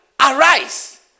arise